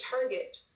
target